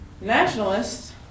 Nationalists